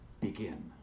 begin